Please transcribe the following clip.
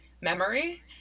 memory